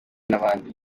n’abandi